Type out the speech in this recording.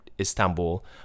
Istanbul